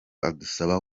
adusaba